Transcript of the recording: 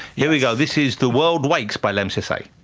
here we go, this is the world wakes by lemn sissay.